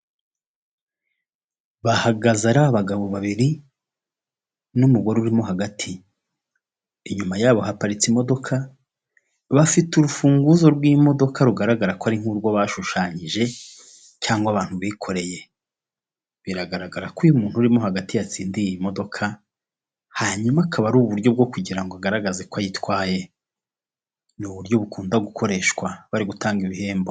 Bahagaze ari abagabo babiri n'umugore urimo hagati. Inyuma yabo haparitse imodoka, bafite urufunguzo rw'imodoka rugaragara ko ari nk'urwo bashushanyije cyangwa abantu bikoreye. Biragaragara ko uyu muntu urimo hagati yatsindiye iyi modoka, hanyuma akaba ari uburyo bwo kugira ngo agaragaze ko ayitwaye. Ni uburyo bukunda gukoreshwa bari gutanga ibihembo.